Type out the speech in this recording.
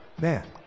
man